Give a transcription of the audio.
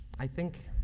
i think,